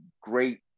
great